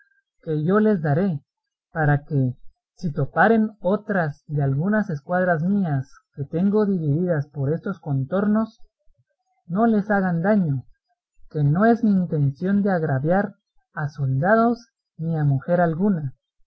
que yo les daré para que si toparen otras de algunas escuadras mías que tengo divididas por estos contornos no les hagan daño que no es mi intención de agraviar a soldados ni a mujer alguna